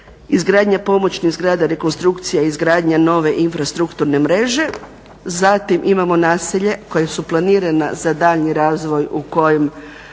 izgradnja pomoćnih zgrada, rekonstrukcija i izgradnja nove infrastrukturne mreže. Zatim imamo naselje koje koja su planirana za daljnji razvoj u kojem